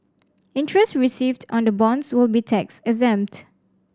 interest received on the bonds will be tax exempt